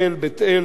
ביתר-עילית,